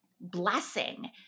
blessing